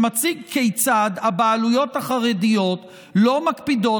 שמציג כיצד הבעלויות החרדיות לא מקפידות